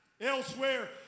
Elsewhere